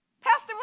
Pastor